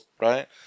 Right